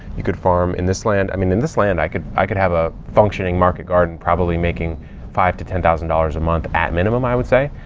you could farm in this land. i mean, in this land, i could, i could have a functioning market garden, probably making five to ten thousand dollars a month at minimum, i would say.